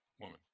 woman